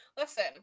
listen